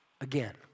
again